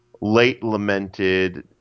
late-lamented